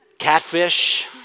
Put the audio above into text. Catfish